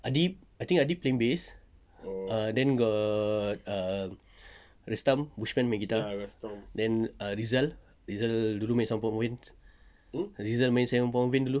adib I think adib playing bass err then got err um restam bushman main guitar then err rizal rizal dulu main sound of province rizal main sound of province dulu